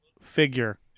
Figure